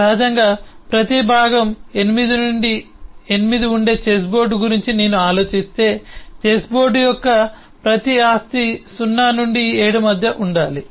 సహజంగా ప్రతి భాగం 8 నుండి 8 ఉండే చెస్ బోర్డు గురించి నేను ఆలోచిస్తే చెస్ బోర్డ్ యొక్క ప్రతి ఆస్తి 0 నుండి 7 మధ్య ఉండాలి